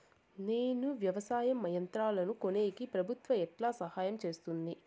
నేను వ్యవసాయం యంత్రాలను కొనేకి ప్రభుత్వ ఎట్లా సహాయం చేస్తుంది?